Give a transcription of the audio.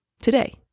today